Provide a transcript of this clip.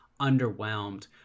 underwhelmed